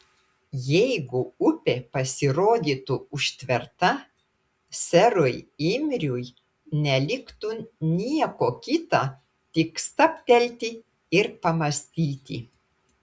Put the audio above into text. jeigu upė pasirodytų užtverta serui imriui neliktų nieko kita tik stabtelti ir pamąstyti